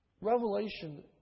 Revelation